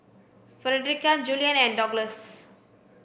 Frederica Julian and Douglas